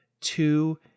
two